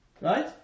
Right